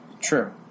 True